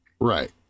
right